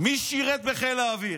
מי שירת בחיל האוויר?